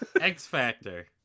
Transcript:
X-Factor